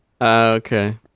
Okay